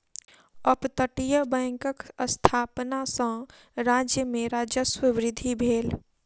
अपतटीय बैंकक स्थापना सॅ राज्य में राजस्व वृद्धि भेल